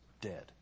dead